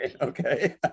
okay